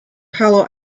palo